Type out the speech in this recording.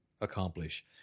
accomplish